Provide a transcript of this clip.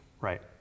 Right